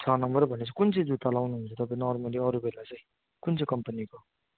छ नम्बर भनेपछि कुन चाहिँ जुत्ता लाउनुहुन्छ तपाईँ नर्मली अरूबेला चाहिँ कुन चाहिँ कम्पनीको